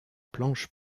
planches